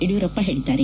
ಯಡಿಯೂರಪ್ಪ ಹೇಳಿದ್ದಾರೆ